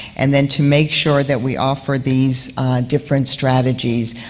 and then to make sure that we offer these different strategies,